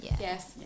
Yes